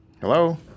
hello